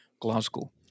Glasgow